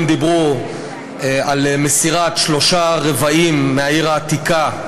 הם דיברו על מסירת שלושה רבעים מהעיר העתיקה,